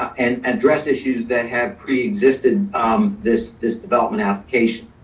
and address issues that have pre-existed this this development application.